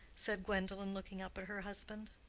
said gwendolen, looking up at her husband.